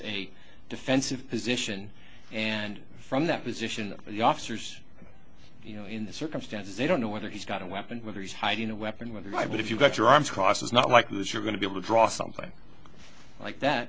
a defensive position and from that position of the officers you know in the circumstances they don't know whether he's got a weapon whether he's hiding a weapon whether by but if you've got your arms crossed it's not like this you're going to be able to draw something like that